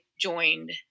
joined